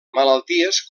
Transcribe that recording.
malalties